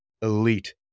elite